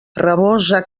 rabosa